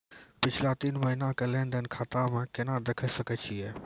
पिछला तीन महिना के लेंन देंन खाता मे केना देखे सकय छियै?